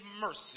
mercy